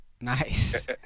Nice